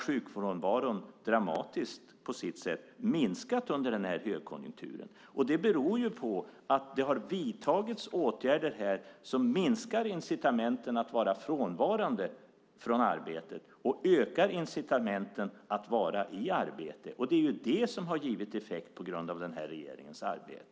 Sjukfrånvaron under den innevarande högkonjunkturen har på sitt sätt minskat dramatiskt, vilket beror på att det vidtagits åtgärder som minskar incitamenten att vara frånvarande från arbetet och i stället ökar incitamenten att vara i arbete. Tack vare den nuvarande regeringens arbete har det givit resultat.